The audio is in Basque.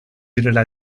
direla